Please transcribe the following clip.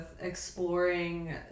exploring